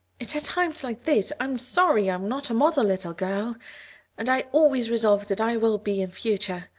it's at times like this i'm sorry i'm not a model little girl and i always resolve that i will be in future.